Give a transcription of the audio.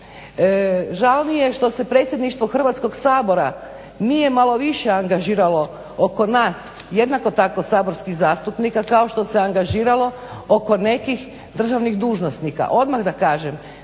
Žao mi je što se Predsjedništvo Hrvatskog sabora nije malo više angažiralo oko nas jednako tako saborskih zastupnika kao što se angažiralo oko nekih državnih dužnosnika.